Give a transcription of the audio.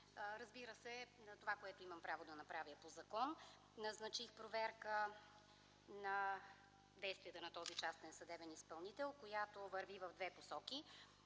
Разбира се, това което имам право да направя е по закон – назначих проверка на действията на този частен съдебен изпълнител, която върви в две посоки: